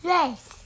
Race